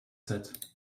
said